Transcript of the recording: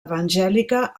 evangèlica